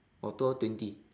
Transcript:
or two hour twenty